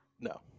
no